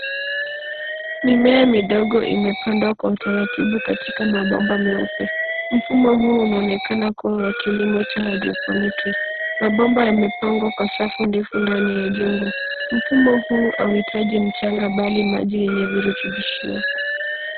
Mimea midogo imepandwa kwa utaratibu katika mabomba meupe. Mfumo huu unaonekana kuwa wa kilimo cha haidroponiki. Mabomba yamepangwa kwa safu ndefu ndani ya jengo. Mfumo huu hauhitaji mchanga bali maji yenye virutubisho.